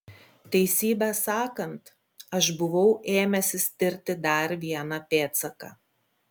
teisybę sakant aš buvau ėmęsis tirti dar vieną pėdsaką